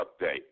update